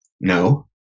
No